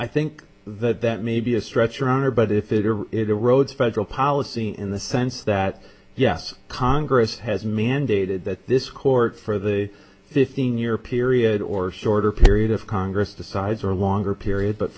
i think that that may be a stretch your honor but if it erodes federal policy in the sense that yes congress has mandated that this court for the fifteen year period or shorter period of congress decides or a longer period but